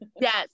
yes